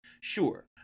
Sure